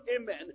amen